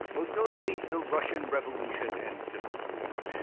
most notably the russian revolution and civil war.